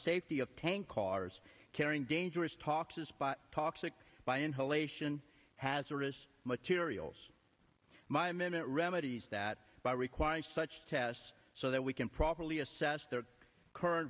safety of tank cars carrying dangerous talk to spot toxic by inhalation hazardous materials my minute remedies that require such tests so that we can properly assess their current